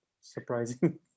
surprising